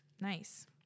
Nice